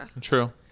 True